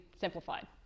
simplified